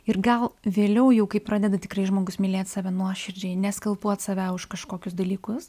ir gal vėliau jau kai pradeda tikrai žmogus mylėt save nuoširdžiai neskalpuot save už kažkokius dalykus